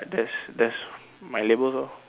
that's that's my labels lor